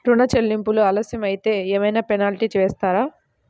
ఋణ చెల్లింపులు ఆలస్యం అయితే ఏమైన పెనాల్టీ వేస్తారా?